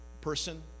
person